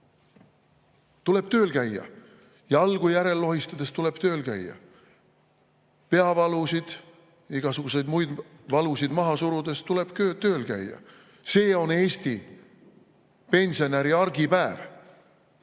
tuleb tööl käia, jalgu järel lohistades tuleb tööl käia. Peavalusid, igasuguseid muid valusid maha surudes tuleb tööl käia. See on Eesti pensionäri argipäev.